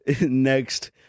next